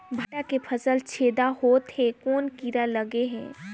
भांटा के फल छेदा होत हे कौन कीरा लगे हे?